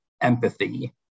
empathy